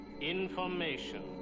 information